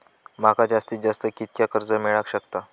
माका जास्तीत जास्त कितक्या कर्ज मेलाक शकता?